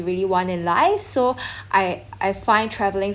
really want in life so I I find traveling